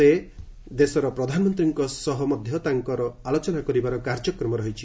ସେ ଦେଶର ପ୍ରଧାନମନ୍ତ୍ରୀଙ୍କ ସହ ମଧ୍ୟ ତାଙ୍କର ଆଲୋଚନା କରିବାର କାର୍ଯ୍ୟକ୍ରମ ରହିଛି